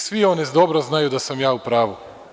Svi oni dobro znaju da sam ja u pravu.